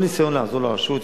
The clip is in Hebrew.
כל ניסיון לעזור לרשות,